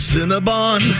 Cinnabon